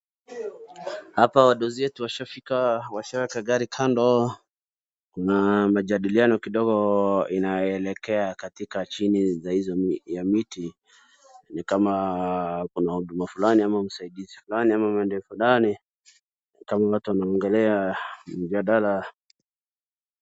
Hapa wadosi wetu washafika, washaacha gari kando na majadiliano kidogo inaelekea katika chini za hizo miti ni kama kuna huduma fulani ama usaizidi fulani ama maendeleo fulani ni kama watu wanaongelea mjadala.